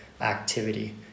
activity